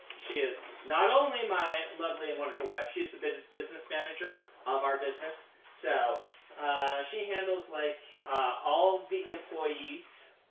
she is not only my lovely and wonderful wife, she is the business business manager of our business. so she handles like all the employees,